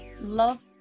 love